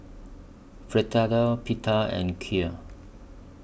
Fritada Pita and Kheer